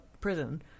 prison